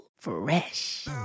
fresh